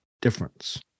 difference